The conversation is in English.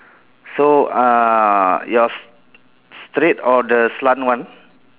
so uh yours straight or the slant one